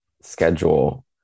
schedule